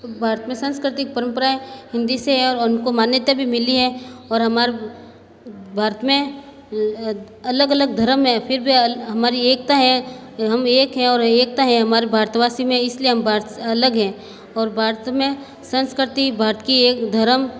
भारत में संस्कृतिक परम्पराएं हिंदी से है और उनको मान्यता भी मिली हैं और हमारे भारत में अलग अलग धर्म है फिर भी हमारी एकता हैं हम एक हैं और एकता है हमारे भारतवासी में इसलिए हम भारत अलग हैं और भारत में संस्कृति भारत की एक धर्म